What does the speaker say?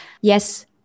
yes